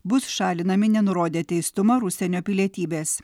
bus šalinami nenurodę teistumo ar užsienio pilietybės